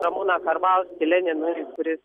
ramūną karbauskį leninui kuris